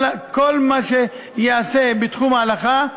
כל מה שייעשה בתחום ההלכה,